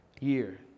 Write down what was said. year